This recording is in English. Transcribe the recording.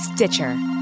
Stitcher